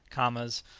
caamas,